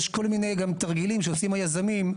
יש כל מיני תרגילים שעושים היזמים,